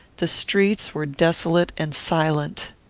the streets were desolate and silent.